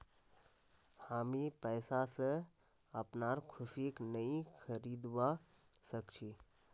हामी पैसा स अपनार खुशीक नइ खरीदवा सख छि